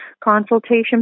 consultation